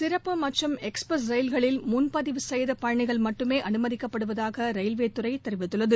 சிறப்பு மற்றும் எக்ஸ்பிரஸ் ரயில்களில் முன்பதிவு செய்த பயணிகள் மட்டுமே அனுமதிக்கப்படுவதாக ரயில்வேதுறை தெரிவித்துள்ளது